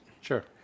Sure